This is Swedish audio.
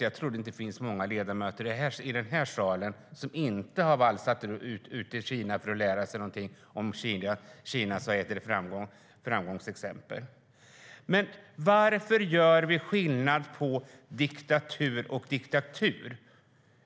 Jag tror inte att det finns många ledamöter i den här salen som inte har varit i Kina för att lära sig något om Kinas framgångsexempel. Varför gör vi skillnad på diktatur och diktatur?